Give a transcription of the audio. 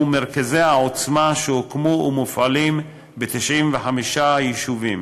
הוא מרכזי העוצמה שהוקמו ומופעלים ב-95 יישובים,